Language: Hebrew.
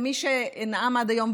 למי שנאם עד היום,